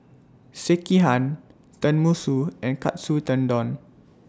Sekihan Tenmusu and Katsu Tendon